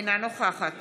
אינה נוכחת